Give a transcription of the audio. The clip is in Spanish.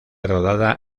rodada